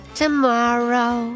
tomorrow